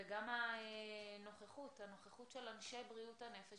וכן גם הנוכחות של אנשי בריאות הנפש